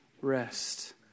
rest